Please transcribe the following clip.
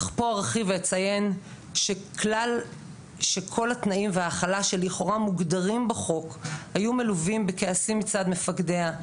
אציין שכל התנאים וההכלה שמוגדרים בחוק היו מלווים בכעסים מצד מפקדיה,